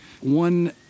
One